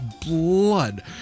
blood